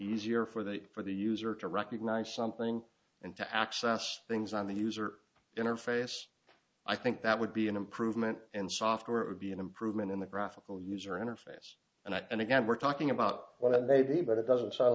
easier for the for the user to recognize something and to access things on the user interface i think that would be an improvement in software it would be an improvement in the graphical user interface and i and again we're talking about one of the baby but it doesn't sound